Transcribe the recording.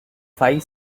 five